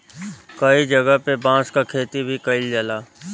कई जगह पे बांस क खेती भी कईल जाला